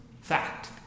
fact